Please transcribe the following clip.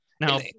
now